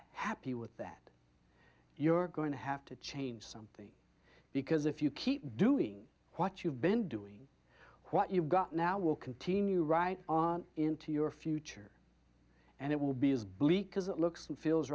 happy with that you're going to have to change something because if you keep doing what you've been doing what you've got now will continue right on into your future and it will be as bleak as it looks and feels